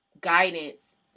guidance